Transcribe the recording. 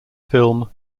film